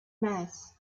mass